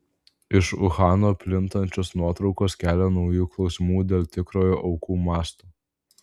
iš uhano plintančios nuotraukos kelia naujų klausimų dėl tikrojo aukų masto